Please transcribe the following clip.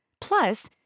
Plus